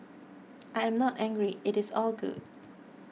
I am not angry it is all good